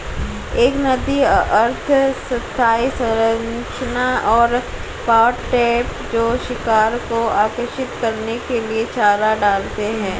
एक नदी अर्ध स्थायी संरचना और पॉट ट्रैप जो शिकार को आकर्षित करने के लिए चारा डालते हैं